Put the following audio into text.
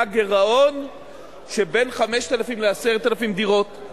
היה גירעון שבין 5,000 ל-10,000 דירות.